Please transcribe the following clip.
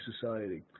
society